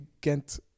get